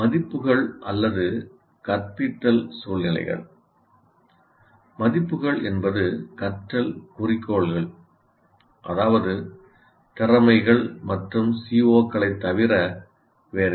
மதிப்புகள் அல்லது கற்பித்தல் சூழ்நிலைகள் மதிப்புகள் என்பது கற்றல் குறிக்கோள்கள் அதாவது திறமைகள் மற்றும் CO களைத் தவிர வேறில்லை